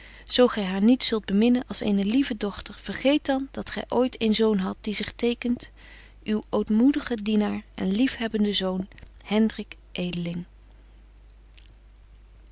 zo gy haar niet zult beminnen als eene lieve dochter vergeet dan dat gy ooit een zoon hadt die zich tekent uw ootmoedige dienaar en lief hebbende zoon